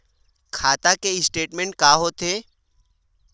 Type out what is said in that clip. खाता के स्टेटमेंट का होथे?